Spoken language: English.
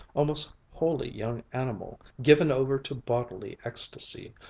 almost wholly young animal, given over to bodily ecstasy,